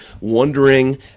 wondering